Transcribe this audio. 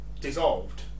dissolved